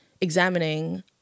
examining